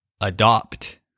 Adopt